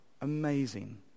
amazing